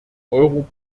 euro